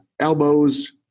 elbows